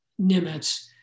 Nimitz